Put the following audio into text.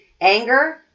anger